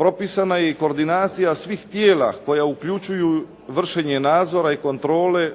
Propisana je i koordinacija svih tijela koja uključuju vršenje nadzora i kontrole